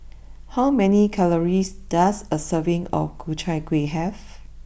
how many calories does a serving of Ku Chai Kuih have